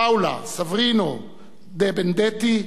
פאולה סֶבֶרינו דֶה בֶּנֶדֶטי,